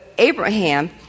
Abraham